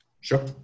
Sure